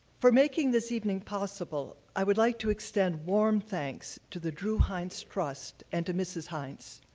for making this evening possible, i would like to extend warm thanks to the drue heinz trust and to mrs. hines.